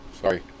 Sorry